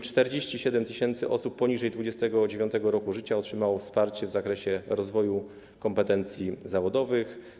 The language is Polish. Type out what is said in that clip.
47 tys. osób poniżej 29. roku życia otrzymało wsparcie w zakresie rozwoju kompetencji zawodowych.